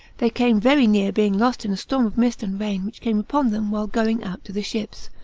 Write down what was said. they came very near being lost in a storm of mist and rain which came upon them while going out to the ships,